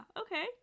Okay